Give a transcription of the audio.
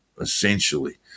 essentially